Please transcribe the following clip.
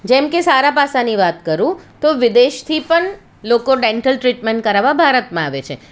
જેમ કે સારા પાસાની વાત કરું તો વિદેશથી પણ લોકો ડેન્ટલ ટ્રીટમેન્ટ કરાવવા ભારતમાં આવે છે